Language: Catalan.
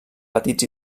petits